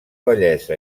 bellesa